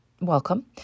welcome